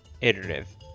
iterative